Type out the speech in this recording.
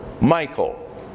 Michael